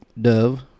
Dove